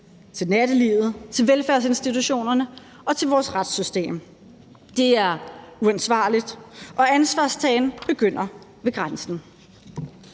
til nattelivet, til velfærdsinstitutionerne og til vores retssystem. Det er uansvarligt, og ansvarstagen begynder ved grænsen.